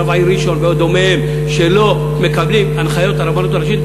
רב העיר ראשון ודומיהם שלא מקבלים הנחיות הרבנות הראשית,